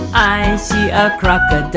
i see a crocodile.